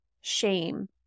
shame